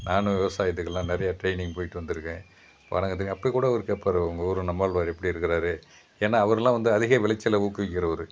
நானும் விவசாயத்துக்கெல்லாம் நிறைய ட்ரைனிங் போயிட்டு வந்துருக்கேன் வணங்கத்துக்கு அப்போ கூட அவரு கேட்பாரு உங்கள் ஊரு நம்மால்வாரு எப்படி இருக்கிறாரு ஏன்னா அவருலாம் வந்து அதிக விளைச்சல் ஊக்குவிக்கிறவரு